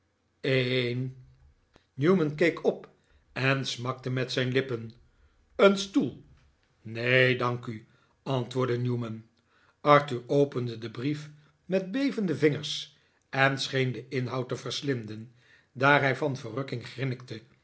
een newman keek op en smakte met zijn lippen een stoel neen dank u antwoordde newman arthur opende den brief met bevende vingers en scheen den inhoud te verslinden daar hij van